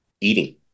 eating